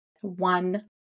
one